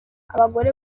abagore